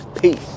Peace